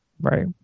Right